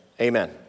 Amen